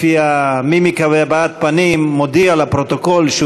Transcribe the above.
לפי המימיקה והבעת הפנים מודיע לפרוטוקול שהוא